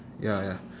ya ya